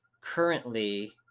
currently